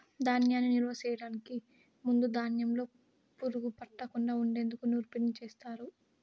ధాన్యాన్ని నిలువ చేయటానికి ముందు ధాన్యంలో పురుగు పట్టకుండా ఉండేందుకు నూర్పిడిని చేస్తారు